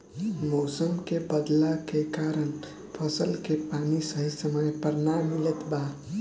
मउसम के बदलला के कारण फसल के पानी सही समय पर ना मिलत बा